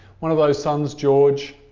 one of those sons, george,